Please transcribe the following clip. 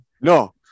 No